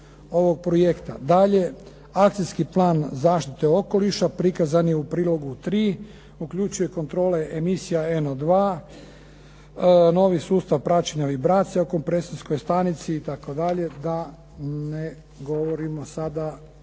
Dalje. Akcijski plan zaštite okoliša prikazan je u prilogu 3, uključuje kontrole emisija NO2 novi sustav praćenja vibracija u kompresijskoj stanici itd. da ne govorimo sada